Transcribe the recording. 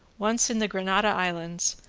once in the grenada islands,